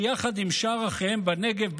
שיחד עם שאר אחיהם בנגב,